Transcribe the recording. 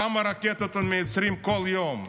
כמה רקטות הם מייצרים כל יום?